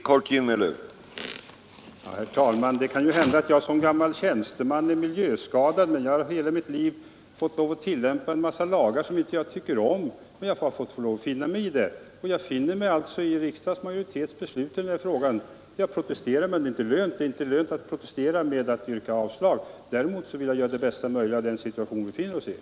Herr talman! Det kan ju hända att jag såsom gammal tjänsteman är miljöskadad, men jag har hela mitt liv fått tillämpa en hel del lagar som jag inte tycker om. Jag har fått lov att finna mig i det. Jag finner mig alltså nu i riksdagens majoritets beslut i denna fråga. Jag protesterar, men det är inte lönt att yrka avslag. Däremot vill jag göra det bästa möjliga av den situation vi befinner oss i.